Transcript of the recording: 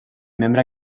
membre